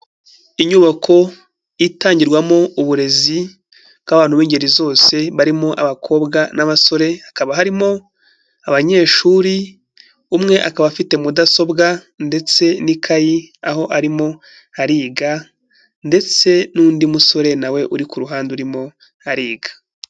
Inyubako itangirwamo uburezi bw'abantu b'ingeri zose barimo abakobwa n'abasore, hakaba harimo abanyeshuri umwe akaba afite mudasobwa ndetse n'ikayi aho arimo ariga ndetse n'undi musore nawe uri ku ruhande urimo ariga.